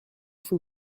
fue